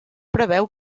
preveu